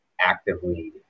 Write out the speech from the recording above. actively